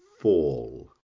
fall